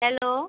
hello